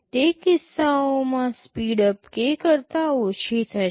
તે કિસ્સાઓમાં speedup k કરતા ઓછી થશે